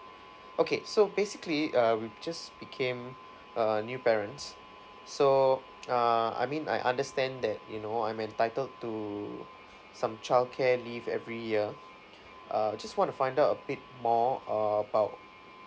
okay so basically uh we just became uh new parents so uh I mean I understand that you know I'm entitled to some childcare leave every year uh just want to find out a bit more about